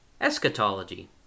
eschatology